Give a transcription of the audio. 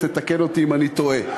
תתקן אותי אם אני טועה.